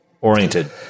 oriented